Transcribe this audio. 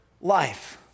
life